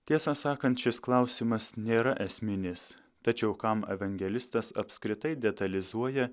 tiesą sakant šis klausimas nėra esminis tačiau kam evangelistas apskritai detalizuoja